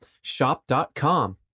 shop.com